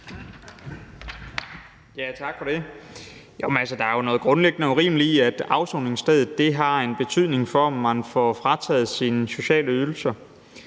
Tak for det. Der er jo noget noget grundlæggende urimeligt i, at afsoningsstedet har en betydning for, om man får frataget sine sociale ydelser.